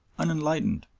unenlightened,